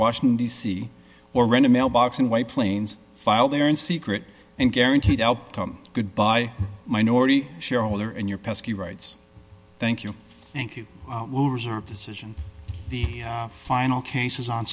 washington d c or rent a mailbox in white plains file there in secret and guaranteed outcome good by minority shareholder and your pesky rights thank you thank you loser decision the final case is on